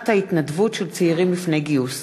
שנת ההתנדבות של צעירים לפני גיוס.